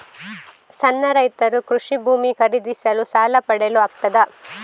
ಸಣ್ಣ ರೈತರು ಕೃಷಿ ಭೂಮಿ ಖರೀದಿಸಲು ಸಾಲ ಪಡೆಯಲು ಆಗ್ತದ?